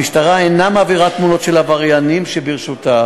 המשטרה אינה מעבירה תמונות של עבריינים שברשותה.